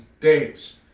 days